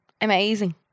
amazing